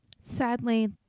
Sadly